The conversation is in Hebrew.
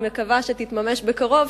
אני מקווה שהיא תמומש בקרוב,